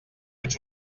ets